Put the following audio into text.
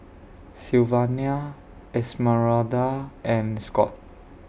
Sylvania Esmeralda and Scott